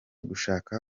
gushaka